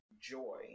joy